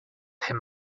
him